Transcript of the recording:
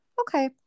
okay